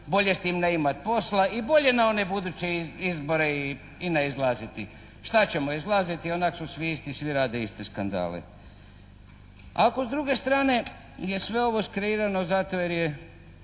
bolje s tim ne imati posla i bolje na one buduće izbore i ne izlaziti. Što ćemo izlaziti i onako su svi isti, svi rade iste skandale. Ako s druge strane je sve ovo iskreirano zato jer je